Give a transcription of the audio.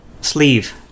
Sleeve